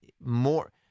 more